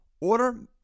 Order